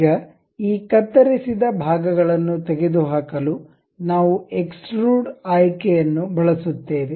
ಈಗ ಈ ಕತ್ತರಿಸಿದ ಭಾಗಗಳನ್ನು ತೆಗೆದುಹಾಕಲು ನಾವು ಎಕ್ಸ್ಟ್ರುಡ್ ಆಯ್ಕೆಯನ್ನು ಬಳಸುತ್ತೇವೆ